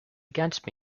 against